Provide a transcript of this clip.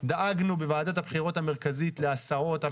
דאגנו בוועדת הבחירות המרכזית להסעות על